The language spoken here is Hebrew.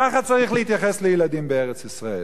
ככה צריך להתייחס לילדים בארץ-ישראל.